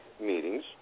meetings